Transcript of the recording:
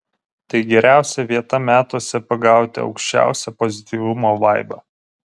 tai geriausia vieta metuose pagauti aukščiausią pozityvumo vaibą